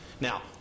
Now